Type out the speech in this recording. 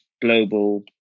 Global